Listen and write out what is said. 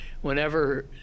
whenever